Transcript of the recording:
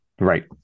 Right